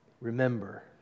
remember